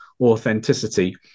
authenticity